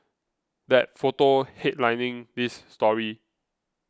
that photo headlining this story